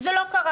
זה לא קרה.